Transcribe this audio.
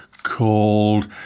called